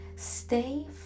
Stay